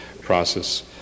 process